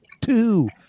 two